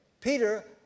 Peter